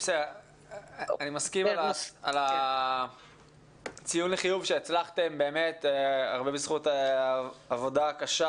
אני מסכים שבאמת הצלחתם, הרבה בזכות עבודה קשה